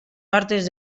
partes